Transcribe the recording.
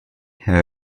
herr